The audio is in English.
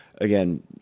again